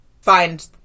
find